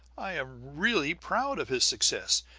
i am really proud of his success.